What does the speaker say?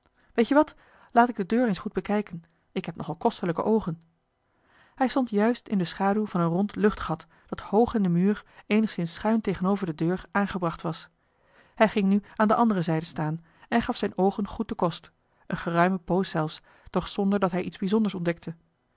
vinden weet-je wat laat ik de deur eens goed bekijken ik heb nogal kostelijke oogen hij stond juist in de schaduw van een rond luchtgat dat hoog in den muur eenigszins schuin tegenover de deur aangebracht was hij ging nu aan de andere joh h been paddeltje de scheepsjongen van michiel de ruijter zijde staan en gaf zijn oogen goed den kost een geruime poos zelfs doch zonder dat hij iets bijzonders ontdekte